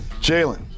Jalen